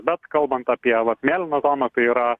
bet kalbant apie vat mėlyną zoną tai yra